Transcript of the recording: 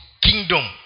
kingdom